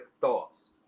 thoughts